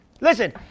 listen